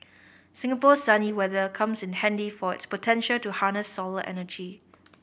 Singapore's sunny weather comes in handy for its potential to harness solar energy